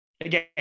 again